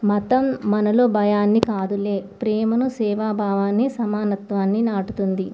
మతం మనలో భయాన్ని కాదులే ప్రేమను సేవా భావాన్ని సమానత్వాన్ని నాటుతుంది